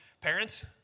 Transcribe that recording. Parents